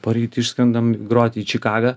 poryt išskrendam groti į čikagą